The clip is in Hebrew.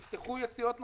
נפתחו יציאות נוספות.